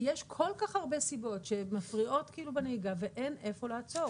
יש כל כך הרבה סיבות שמפריעות בנהיגה ואין איפה לעצור.